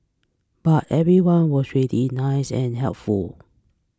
but everyone was really nice and helpful